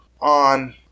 on